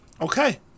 Okay